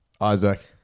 Isaac